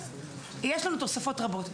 יש לנו תוספות רבות,